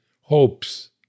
hopes